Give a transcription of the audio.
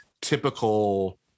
typical